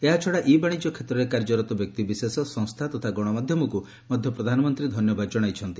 ଏହାଛଡା ଇ ବାଣିଜ୍ୟ କ୍ଷେତ୍ରରେ କାର୍ଯ୍ୟରତ ବ୍ୟକ୍ତିବିଶେଷ ସଂସ୍ଥା ତଥା ଗଣମାଧ୍ୟମଙ୍କୁ ମଧ୍ୟ ପ୍ରଧାନମନ୍ତ୍ରୀ ଧନ୍ୟବାଦ ଜଣାଇଛନ୍ତି